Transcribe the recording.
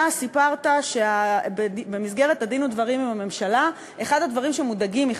אתה סיפרת שבמסגרת הדין ודברים עם הממשלה אחד הדברים שמודאגים מהם